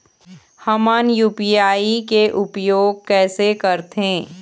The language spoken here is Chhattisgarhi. हमन यू.पी.आई के उपयोग कैसे करथें?